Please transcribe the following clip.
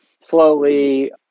slowly